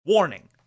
Warning